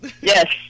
yes